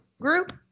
group